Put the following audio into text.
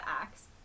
axe